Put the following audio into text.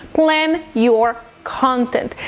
plan your content.